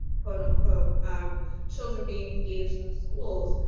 quote unquote, um children being engaged in schools.